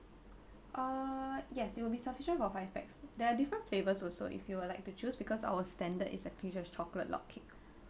err yes it will be sufficient for five pax there are different flavours also if you would like to choose because our standard is actually just chocolate log cake